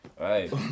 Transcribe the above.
Right